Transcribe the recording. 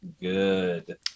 Good